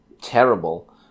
terrible